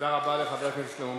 תודה רבה לחבר הכנסת שלמה מולה.